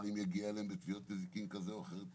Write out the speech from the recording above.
אם יגיעו לתביעות נזיקין כאלה או אחרות.